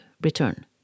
return